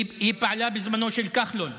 היא פעלה בזמנו של כחלון.